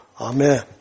Amen